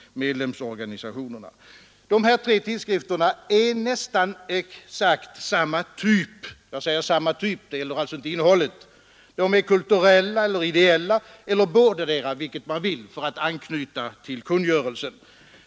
De här tre tidskrifterna är av nästan exakt samma typ, fastän de naturligtvis inte har samma innehåll. De är kulturella eller ideella eller bådadera, för att anknyta till kungörelsen.